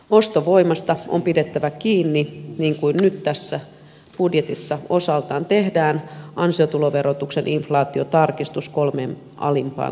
ostovoimasta on pidettävä kiinni niin kuin nyt tässä budjetissa osaltaan tehdään ansiotuloverotuksen inflaatiotarkistus kolmeen alimpaan tuloluokkaan